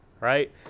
right